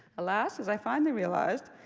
alas, as i finally realized,